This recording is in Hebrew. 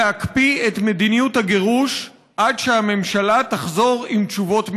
להקפיא את מדיניות הגירוש עד שהממשלה תחזור עם תשובות מלאות.